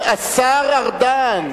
השר ארדן.